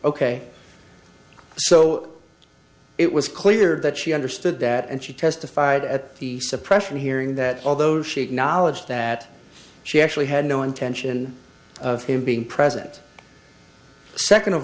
ok so it was clear that she understood that and she testified at the suppression hearing that although she acknowledged that she actually had no intention of him being present second of